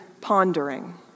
pondering